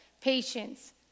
Patience